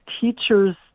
teachers